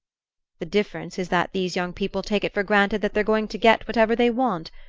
the difference is that these young people take it for granted that they're going to get whatever they want,